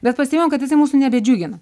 bet pastebėjom kad jisai mūsų nebedžiugina